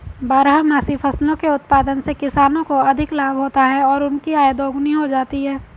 बारहमासी फसलों के उत्पादन से किसानों को अधिक लाभ होता है और उनकी आय दोगुनी हो जाती है